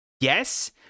yes